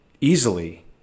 easily